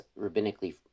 rabbinically